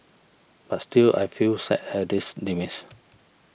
but still I feel sad at this demise